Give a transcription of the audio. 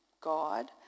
God